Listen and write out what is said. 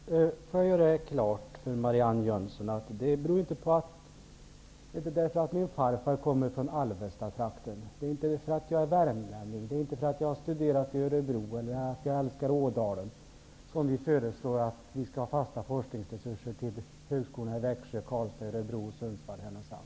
Herr talman! Jag vill göra klart för Marianne Jönsson att det inte beror på att min farfar kommer från Alvestatrakten, att jag är värmlänning, att jag har studerat i Örebro eller att jag älskar Ådalen, att jag föreslår fasta forskningsresurser till högskolorna i Växjö, Karlstad, Örebro, Sundsvall och Härnösand.